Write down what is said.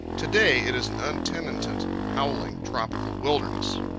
to-day it is an untenanted, howling, tropical wilderness.